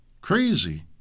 Crazy